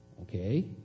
okay